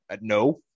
no